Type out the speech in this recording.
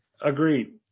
Agreed